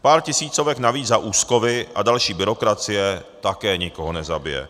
Pár tisícovek navíc za úschovy a další byrokracie také nikoho nezabije.